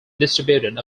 distributed